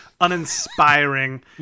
uninspiring